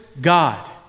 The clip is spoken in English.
God